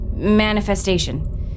Manifestation